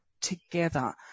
together